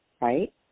right